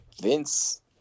Vince